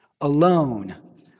Alone